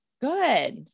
Good